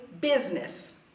business